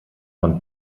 von